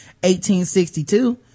1862